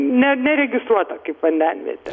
ne neregistruota kaip vandenvietė